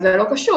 זה לא קשור.